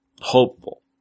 hopeful